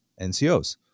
NCOs